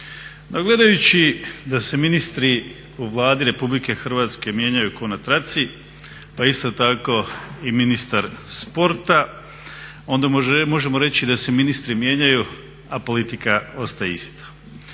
No gledajući da se ministri u Vladi Republike Hrvatske mijenjaju kao na traci pa isto tako i ministar sporta, onda možemo reći da se ministri mijenjaju a politika ostaje ista.